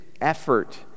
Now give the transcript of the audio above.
effort